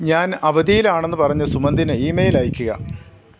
ഞാന് അവധിയില് ആണെന്ന് പറഞ്ഞ് സുമന്തിന് ഇമെയില് അയയ്ക്കുക